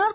R